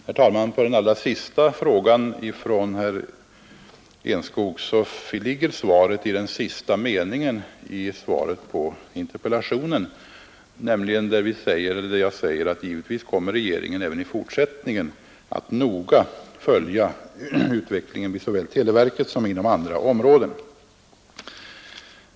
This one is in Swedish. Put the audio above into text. Herr talman! Svaret på den allra sista frågan från herr Enskog ligger i slutmeningen i interpellationssvaret, där jag säger: Givetvis kommer regeringen även i fortsättningen att noga följa utvecklingen såväl vid televerket som inom andra områden.